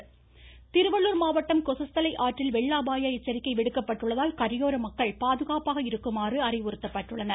கொசஸ்தலை திருவள்ளூர் மாவட்டம் கொசஸ்தலை ஆற்றில் வெள்ள அபாய எச்சரிக்கை விடுக்கப்பட்டுள்ளதால் கரையோர பாதுகாப்பாக இருக்குமாறு அறிவுறுத்தப்பட்டுள்ளனர்